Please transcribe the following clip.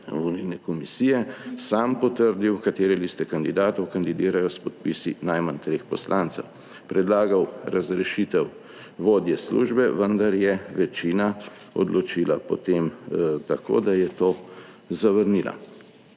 volilne komisije sam potrdil, katere liste kandidatov kandidirajo s podpisi najmanj treh poslancev predlagal razrešitev vodje službe, vendar je večina odločila potem tako, da je to zavrnila,